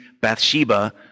Bathsheba